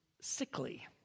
sickly